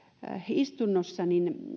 istunnossa